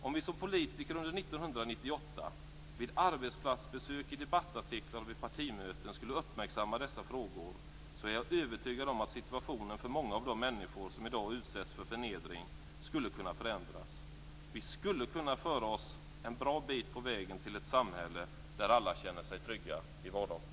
Om vi som politiker under 1998 vid arbetsplatsbesök, i debattartiklar och vid partimöten skulle uppmärksamma dessa frågor är jag övertygad om att situationen för många av de människor som i dag utsätts för förnedring skulle kunna förändras. Det skulle kunna föra oss en bra bit på väg mot ett samhälle där alla känner sig trygga i vardagen.